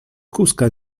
kózka